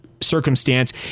Circumstance